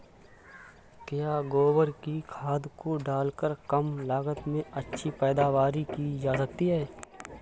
क्या गोबर की खाद को डालकर कम लागत में अच्छी पैदावारी की जा सकती है?